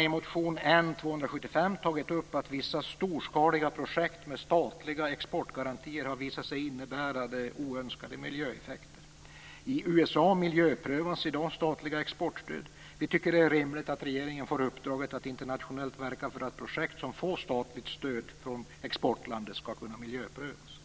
i motion N275 tagit upp att vissa storskaliga projekt med statliga exportgarantier har visat sig innebära oönskade miljöeffekter. I USA miljöprövas i dag statliga exportstöd. Vi tycker att det är rimligt att regeringen får i uppdrag att internationellt verka för att projekt som får statligt stöd från exportlandet skall kunna miljöprövas.